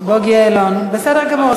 זה לא סתם, בוגי יעלון, בסדר גמור.